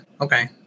okay